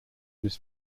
this